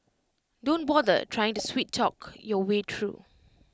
don't bother trying to sweet talk your way through